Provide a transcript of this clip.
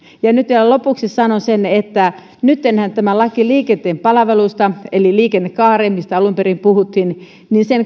ja nyt vielä lopuksi sanon sen että nyttenhän tämän lain liikenteen palveluista eli liikennekaaren mistä alun perin puhuttiin